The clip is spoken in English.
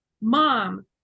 mom